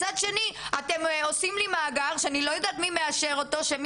מצד שני אתם עושים לי מאגר שאני לא יודעת מי מאשר אותו.